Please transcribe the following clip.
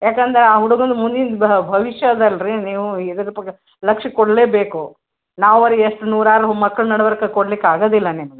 ಯಾಕಂದ್ರೆ ಆ ಹುಡುಗುನ ಮುಂದಿನ ಭವಿಷ್ಯದಲ್ಲಿ ರೀ ನೀವು ಇದ್ರ ಬಗೆ ಲಕ್ಷ್ಯ ಕೊಡಲೆ ಬೇಕು ನಾವು ರೀ ಎಷ್ಟು ನೂರಾರು ಮಕ್ಳ ನಡುವರಕ ಕೊಡ್ಲಿಕ್ಕೆ ಆಗೋದಿಲ್ಲ ನಿಮ್ಗೆ